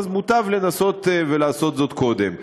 אז מוטב לנסות ולעשות זאת קודם.